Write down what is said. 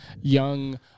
young